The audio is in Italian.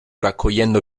raccogliendo